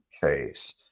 case